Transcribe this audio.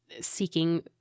seeking